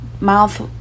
mouth